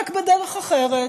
רק בדרך אחרת,